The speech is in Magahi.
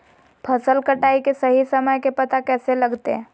फसल कटाई के सही समय के पता कैसे लगते?